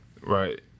right